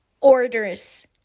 orders